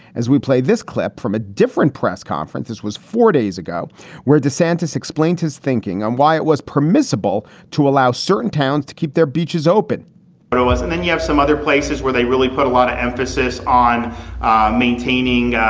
as we played this clip from a different press conference, this was four days ago where desantis explained his thinking on why it was permissible to allow certain towns to keep their beaches open but it wasn't. then you have some other places where they really put a lot of emphasis on maintaining,